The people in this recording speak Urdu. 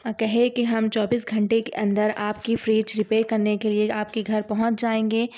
کہے کہ ہم چوبیس گھنٹے کے اندر آپ کی فریج ریپئر کرنے کے لیے آپ کے گھر پہنچ جائیں گے